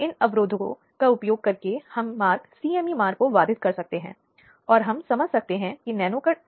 इसलिए पर्याप्त और उचित कानूनी प्रतिनिधित्व हो सकता है जिसकी वह हकदार है यदि वह बहुत गरीब है और वह वहन नहीं कर सकती है